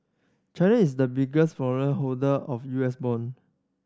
China is the biggest foreign holder of U S bond